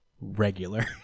Regular